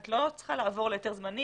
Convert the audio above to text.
את לא צריכה לעבור להיתר זמני,